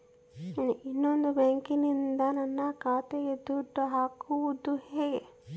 ಇನ್ನೊಂದು ಬ್ಯಾಂಕಿನಿಂದ ನನ್ನ ಖಾತೆಗೆ ದುಡ್ಡು ಹಾಕೋದು ಹೇಗೆ?